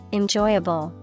enjoyable